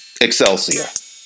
Excelsior